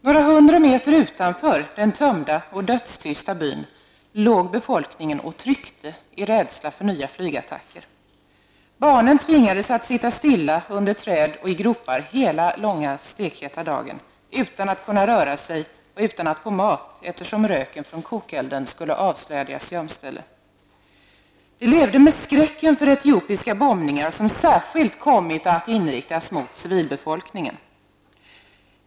Några hundra meter utanför den tömda och dödstysta byn låg befolkningen och tryckte i rädsla för nya flygattacker. Barnen tvingades att sitta stilla under träd och i gropar hela den långa stekheta dagen, utan att kunna röra sig, och utan att få mat, eftersom röken från kokelden skulle avslöja deras gömställe. De levde med skräcken för etiopiska bombningar, som särskilt kommit att inriktas mot civilbefolkningen.